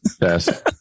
yes